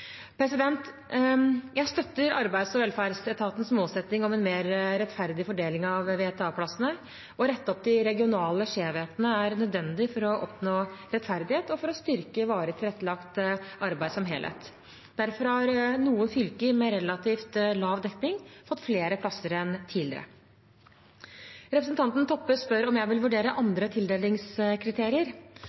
Jeg støtter Arbeids- og velferdsetatens målsetting om en mer rettferdig fordeling av VTA-plassene. Å rette opp de regionale skjevhetene er nødvendig for å oppnå rettferdighet og for å styrke varig tilrettelagt arbeid som helhet. Derfor har noen fylker med relativt lav dekning fått flere plasser enn tidligere. Representanten Toppe spør om jeg vil vurdere andre tildelingskriterier.